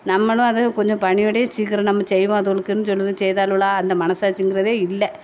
நம்மளும் அதை கொஞ்சம் பணிவடையை சீக்கரம் நம்ம செய்வோம் அதுவோளுக்குன்னு சொன்னதை செய்தாளுவோளா அந்த மனசாச்சிங்கிறதே இல்லை